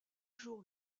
jour